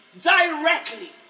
directly